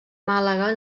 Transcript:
màlaga